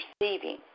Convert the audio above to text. receiving